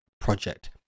project